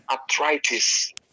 arthritis